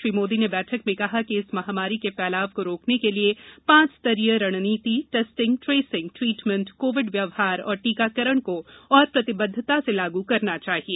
श्री मोदी ने बैठक में कहा कि इस महामारी के फैलाव को रोकने के लिए पांच स्तरीय रणनीति टेस्टिंग ट्रेसिंग ट्रीटमेंट कोविड व्यवहार और टीकाकरण को और प्रतिबद्वता से लागू करना चाहिए